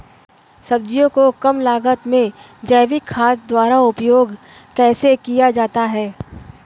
सब्जियों को कम लागत में जैविक खाद द्वारा उपयोग कैसे किया जाता है?